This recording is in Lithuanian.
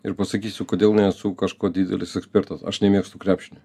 ir pasakysiu kodėl nesu kažkuo didelis ekspertas aš nemėgstu krepšinio